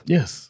Yes